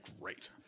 great